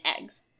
eggs